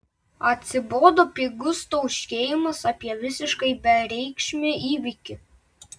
atsibodo pigus tauškėjimas apie visiškai bereikšmį įvykį